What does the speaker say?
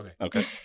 Okay